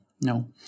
no